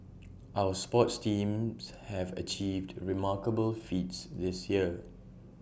our sports teams have achieved remarkable feats this year